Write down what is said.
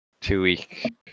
two-week